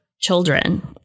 children